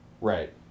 Right